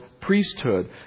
priesthood